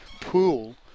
pool